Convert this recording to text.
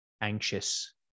anxious